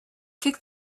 kick